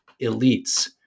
elites